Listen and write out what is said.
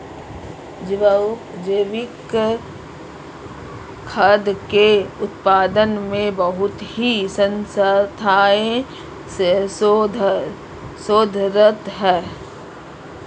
जैविक खाद्य के उत्पादन में बहुत ही संस्थाएं शोधरत हैं